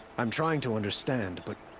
i'm trying to understand, but.